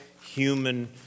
human